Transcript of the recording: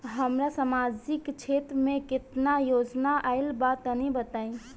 हमरा समाजिक क्षेत्र में केतना योजना आइल बा तनि बताईं?